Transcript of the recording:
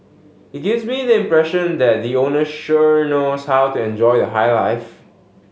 it gives me the impression that the owner sure knows how to enjoy the high life